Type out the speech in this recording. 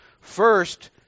First